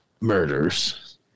murders